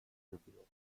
deerfield